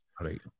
Right